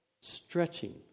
stretching